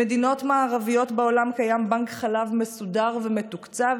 במדינות מערביות בעולם קיים בנק חלב מוסדר ומתוקצב.